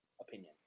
opinion